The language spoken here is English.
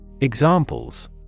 Examples